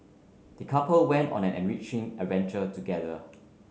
the couple went on an enriching adventure together